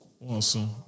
Awesome